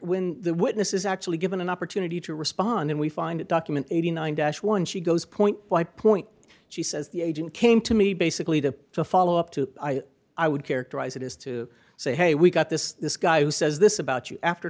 when the witness is actually given an opportunity to respond and we find a document eighty nine dollars dash one she goes point by point she says the agent came to me basically to follow up to i would characterize it is to say hey we got this this guy who says this about you after